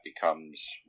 becomes